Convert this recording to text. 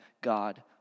God